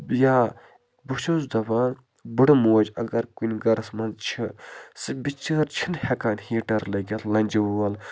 یا بہٕ چھُس دَپان بٔڈٕ موج اگر کُنہِ گَرٕس منٛز چھِ سٔہ بِچٲر چھِنہٕ ہٮ۪کان ہیٖٹَر لٲگِتھ لَنٛجہٕ وول